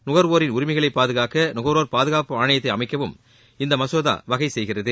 நுகர்வோரின் உரிமைகளை பாதுகாக்க நுகர்வோர் பாதுகாப்பு ஆணையத்தை அமைக்கவும் இம்மசோதா வகை செய்கிறது